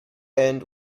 end